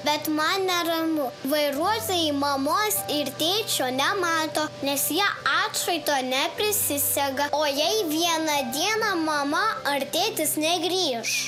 bet man neramu vairuotojai mamos ir tėčio nemato nes jie atšvaito neprisisega o jei vieną dieną mama ar tėtis negrįš